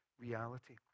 reality